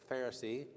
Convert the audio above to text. Pharisee